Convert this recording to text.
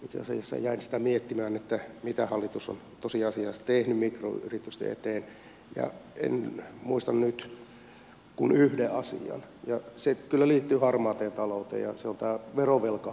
itse asiassa jäin miettimään sitä mitä hallitus on tosiasiassa tehnyt mikroyritysten eteen ja en muista nyt kuin yhden asian ja se kyllä liittyy harmaaseen talouteen ja se on verovelkarekisteri niin sanottu musta lista